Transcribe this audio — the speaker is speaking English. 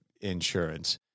insurance